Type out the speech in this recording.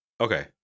Okay